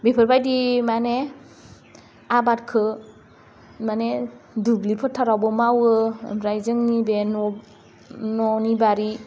बेफोरबायदि माने आबादखो मानि दुब्लि फोथारावबो मावो ओमफ्राय जोंनि बे न' न'नि बारि